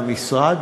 למשרד,